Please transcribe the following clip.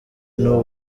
n’u